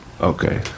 Okay